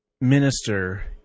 minister